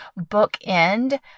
bookend